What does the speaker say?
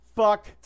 fuck